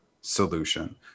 solution